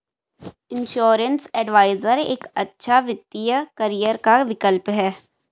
insurance advisor एक अच्छा वित्तीय करियर का विकल्प है